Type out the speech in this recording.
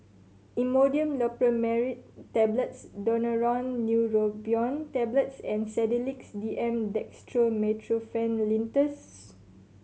Imodium Loperamide Tablets Daneuron Neurobion Tablets and Sedilix D M Dextromethorphan Linctus